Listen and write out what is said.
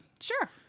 Sure